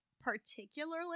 particularly